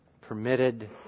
permitted